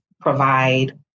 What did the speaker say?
provide